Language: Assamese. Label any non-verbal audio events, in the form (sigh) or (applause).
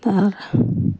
(unintelligible)